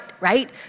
right